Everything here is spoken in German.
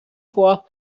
vor